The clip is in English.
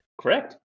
correct